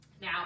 Now